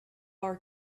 our